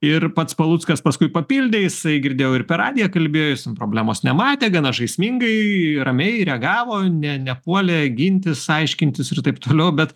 ir pats paluckas paskui papildė jisai girdėjau ir per radiją kalbėjo jis ten problemos nematė gana žaismingai ramiai reagavo ne nepuolė gintis aiškintis ir taip toliau bet